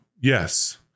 yes